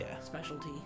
specialty